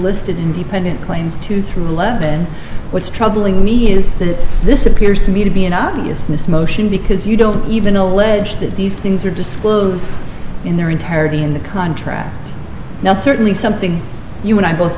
listed independent claims to through the lead then what's troubling me is that this appears to me to be an obviousness motion because you don't even allege that these things are disclosed in their entirety in the contract now certainly something you and i both